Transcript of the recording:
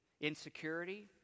insecurity